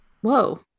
whoa